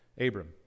Abram